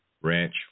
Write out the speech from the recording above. Ranch